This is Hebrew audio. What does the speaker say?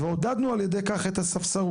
ועודדנו על ידי כך את הספסרות.